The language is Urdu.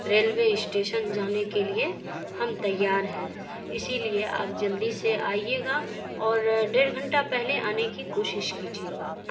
اشٹیشن جانے کے لیے ہم تیار ہیں اسی لیے آپ جلدی سے آئیے گا اور ڈیڑھ گھنٹہ پہلے آنے کی کوشش کیجیے گا